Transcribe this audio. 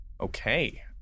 Okay